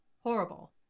horrible